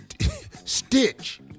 Stitch